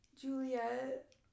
Juliet